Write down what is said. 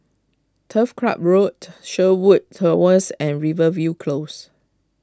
Turf Club Road Sherwood Towers and Rivervale Close